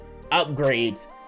upgrades